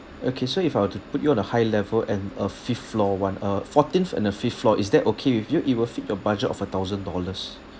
okay so if I were to put you on a high level and uh fifth floor one uh fourteenth and a fifth floor is that okay with you it will fit your budget of a thousand dollars